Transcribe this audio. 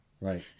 right